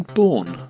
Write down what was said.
born